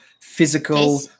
physical